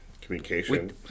communication